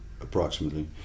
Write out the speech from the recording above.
approximately